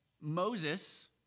Moses